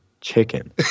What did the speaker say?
chicken